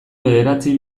bederatzi